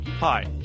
Hi